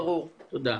תודה.